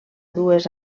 dues